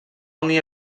unir